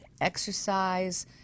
exercise